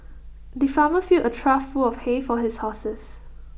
the farmer filled A trough full of hay for his horses